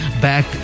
back